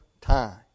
time